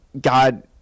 God